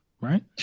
right